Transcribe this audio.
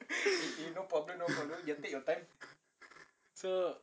so